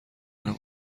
الان